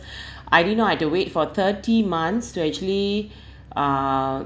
I didn't know I had to wait for thirty months to actually uh